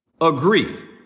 agree